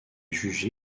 jugé